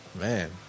man